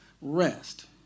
rest